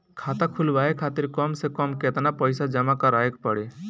खाता खुलवाये खातिर कम से कम केतना पईसा जमा काराये के पड़ी?